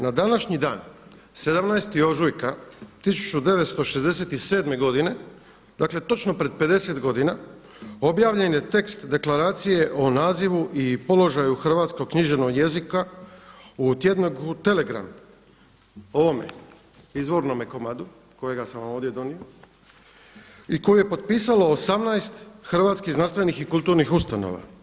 Na današnji dan 17. ožujka 1967. godine, dakle točno pred 50 godina objavljen je tekst Deklaracije o nazivu i položaju hrvatskog književnog jezika u tjedniku „Telegram“, ovome izvornom komadu kojega sam ovdje donio i koji je potpisalo 18 hrvatskih znanstvenih i kulturnih ustanova.